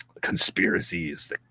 conspiracies